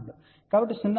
కాబట్టి 0